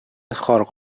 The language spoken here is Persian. خارق